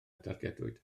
dargedwyd